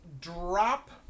drop